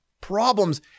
problems